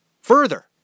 further